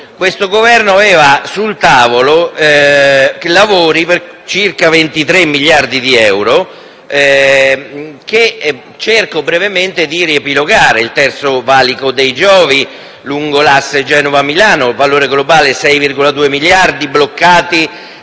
si insediò, aveva sul tavolo lavori per circa 23 miliardi di euro, che cerco brevemente di riepilogare: il Terzo valico dei Giovi lungo l'asse Genova-Milano, per un valore globale di 6,2 miliardi, bloccati